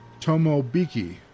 tomobiki